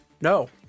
No